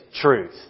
truth